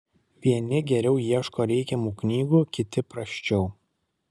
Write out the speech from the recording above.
vieni geriau ieško reikiamų knygų kiti prasčiau